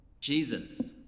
Jesus